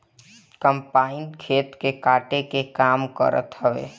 combine खेत के काटे के काम करत हवे